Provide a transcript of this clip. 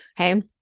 Okay